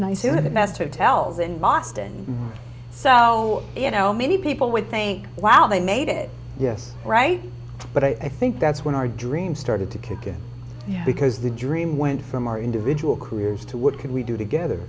nice to have the best hotels in boston so you know many people would think wow they made it yes right but i think that's when our dream started to kick in because the dream went from our individual careers to what could we do together